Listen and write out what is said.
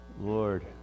Lord